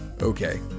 Okay